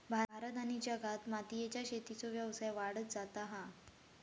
भारत आणि जगात मोतीयेच्या शेतीचो व्यवसाय वाढत जाता हा